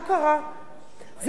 זה מחזק את התא המשפחתי.